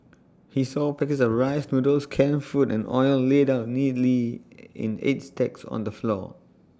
he saw packets of rice noodles canned food and oil laid out neatly in eight stacks on the floor